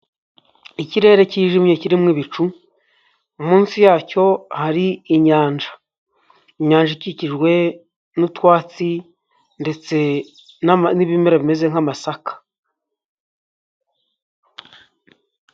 Ikirere kijimye kirimo ibicu, munsi yacyo hari inyanja, inyanja ikikijwe n'utwatsi ndetse n'ibimera bimeze nk'amasaka.